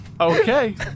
Okay